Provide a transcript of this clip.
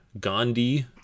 Gandhi